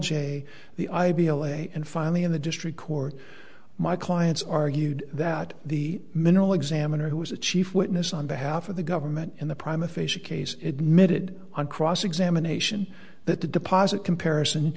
lay and finally in the district court my clients argued that the mineral examiner who was the chief witness on behalf of the government in the prime aphasia case admitted on cross examination that the deposit comparison